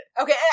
Okay